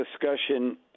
discussion